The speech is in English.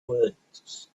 words